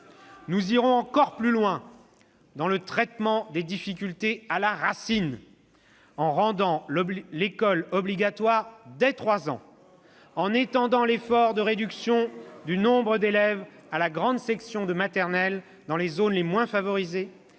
Nous irons encore plus loin dans le traitement des difficultés à la racine, en rendant l'école obligatoire dès trois ans, en étendant l'effort de réduction du nombre d'élèves à la grande section de maternelle dans les zones les moins favorisées